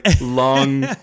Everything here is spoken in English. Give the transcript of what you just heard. long